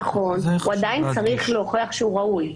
נכון, הוא עדיין צריך להוכיח שהוא ראוי.